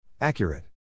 Accurate